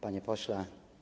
Panie Pośle!